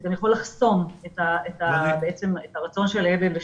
גם יכול לחסום את הרצון של הילד לשתף.